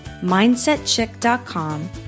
mindsetchick.com